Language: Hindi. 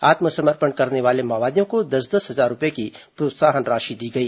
आत्मसमर्पण करने वाले माओवादियों को दस दस हजार रूपये की प्रोत्साहन राशि दी गई